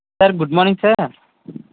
sir good morning sir